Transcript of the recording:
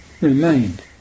remained